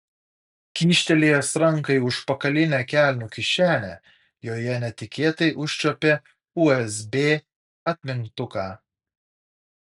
kyštelėjęs ranką į užpakalinę kelnių kišenę joje netikėtai užčiuopė usb atmintuką